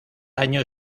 año